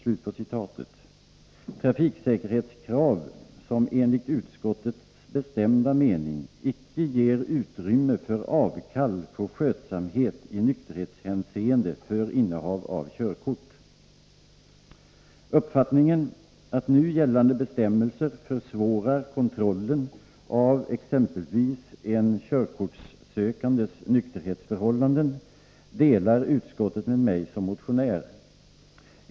Det gäller trafiksäkerhetskrav, som enligt utskottets bestämda mening icke ger utrymme för avkall på skötsamhet i nykterhetshänseende för innehav av körkort. Uppfattningen att nu gällande bestämmelser försvårar kontrollen av exempelvis en körkortssökandes nykterhetsförhållanden delar utskottet med mig som motionär.